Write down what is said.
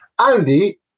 Andy